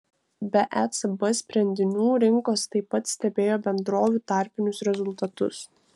be ecb sprendimų rinkos taip pat stebėjo bendrovių tarpinius rezultatus